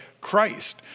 Christ